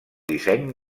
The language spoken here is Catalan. disseny